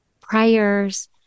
prayers